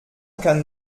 kann